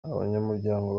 abanyamuryango